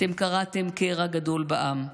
אתם קרעתם קרע גדול בעם.